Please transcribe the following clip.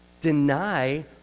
deny